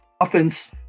Offense